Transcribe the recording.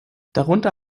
darunter